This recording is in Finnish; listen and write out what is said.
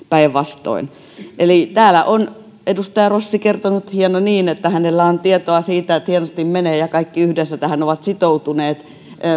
päinvastoin täällä on edustaja rossi kertonut hienoa niin että hänellä on tietoa siitä että hienosti menee ja kaikki yhdessä tähän ovat sitoutuneet ja